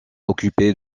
occupé